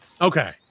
Okay